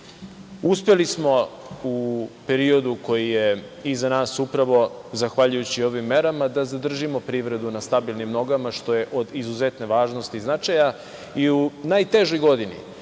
smo u periodu koji je iza nas, upravo zahvaljujući ovim merama, da zadržimo privredu na stabilnim nogama, što je od izuzetne važnosti i značaja i u najtežoj godini,